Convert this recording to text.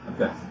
Okay